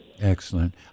Excellent